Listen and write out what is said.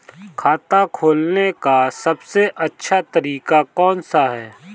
खाता खोलने का सबसे अच्छा तरीका कौन सा है?